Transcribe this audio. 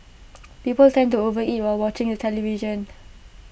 people tend to overeat while watching the television